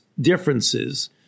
differences